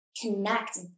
connect